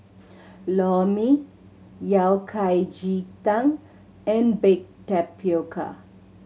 Lor Mee Yao Cai ji tang and baked tapioca